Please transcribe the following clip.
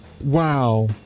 wow